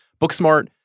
Booksmart